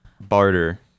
barter